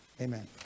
Amen